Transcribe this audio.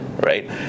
right